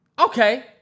Okay